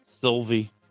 Sylvie